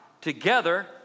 together